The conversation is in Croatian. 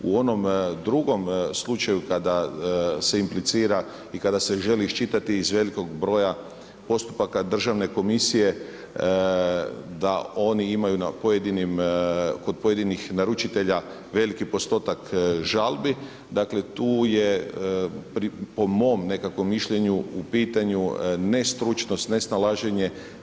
U onom drugom slučaju kada se implicira i kada se želi iščitati iz velikog broja postupaka Državne komisije da oni imaju kod pojedinih naručitelja veliki postotak žalbi, dakle tu je po mom nekakvom mišljenju u pitanju ne stručnost, ne snalaženje.